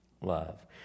love